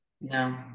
no